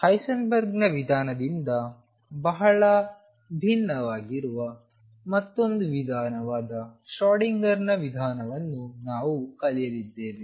ಹೈಸೆನ್ಬರ್ಗ್ನ ವಿಧಾನದಿಂದ ಬಹಳ ಭಿನ್ನವಾಗಿರುವ ಮತ್ತೊಂದು ವಿಧಾನವಾದ ಶ್ರೊಡಿಂಗರ್Schrödingerನ ವಿಧಾನವನ್ನು ನಾವು ಕಲಿತಿದ್ದೇವೆ